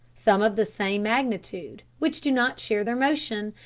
some of the same magnitude, which do not share their motion,